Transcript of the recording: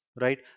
right